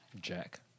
Jack